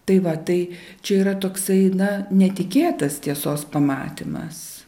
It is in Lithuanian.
tai va tai čia yra toksai na netikėtas tiesos pamatymas